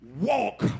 Walk